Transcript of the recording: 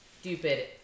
stupid